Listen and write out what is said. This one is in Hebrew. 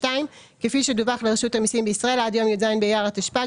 כפי שדווח לרשות המסים בישראל עד יום י"ז באייר התשפ"ג